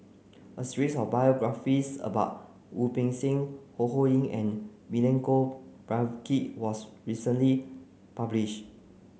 a series of biographies about Wu Peng Seng Ho Ho Ying and Milenko Prvacki was recently published